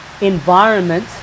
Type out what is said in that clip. environment